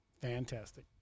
Fantastic